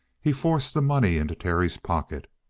he forced the money into terry's pocket.